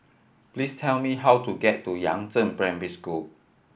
please tell me how to get to Yangzheng Primary School